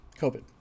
COVID